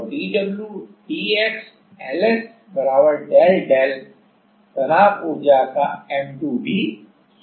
और dw dx I s del del तनाव ऊर्जा का M2 भी 0 है